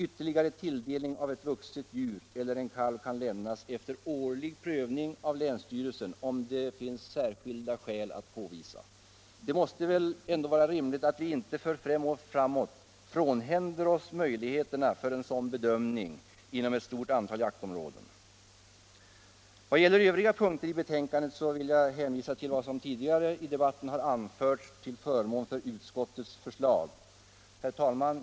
Ytterligare tilldelning av ett vuxet djur eller en kalv kan lämnas efter årlig prövning av länsstyrelsen, om särskilda skäl kan påvisas. Det måste väl ändå vara rimligt att vi inte för fem år framåt frånhänder oss möjligheterna för en sådan bedömning inom ett stort antal jaktområden. Vad gäller övriga punkter i betänkandet hänvisar jag till vad som tidigare i debatten anförts till förmån för utskottets förslag. Herr talman!